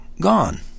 gone